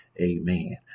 Amen